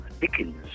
Dickens